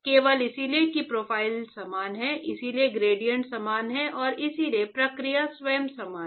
केवल इसलिए कि प्रोफ़ाइल समान है इसलिए ग्रेडिएंट समान है और इसलिए प्रक्रिया स्वयं समान है